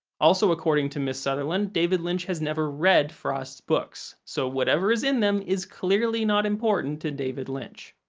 also according to ms. sutherland, david lynch has never read frost's books. so, whatever is in them is clearly not important to david lynch.